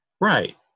right